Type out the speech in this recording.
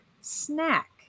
snack